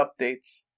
updates